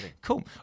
Cool